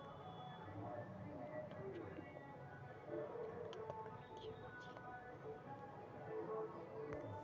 रउरा इहा केतना वित्तीय पूजी हए